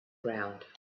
ground